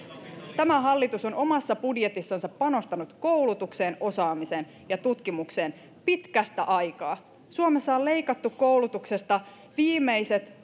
tämä hallitus on omassa budjetissansa panostanut koulutukseen osaamiseen ja tutkimukseen pitkästä aikaa suomessa on leikattu koulutuksesta viimeiset